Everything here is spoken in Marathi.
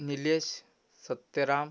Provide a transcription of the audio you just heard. निलेस सत्यराम